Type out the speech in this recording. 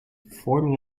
forming